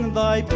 thy